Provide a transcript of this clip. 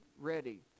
ready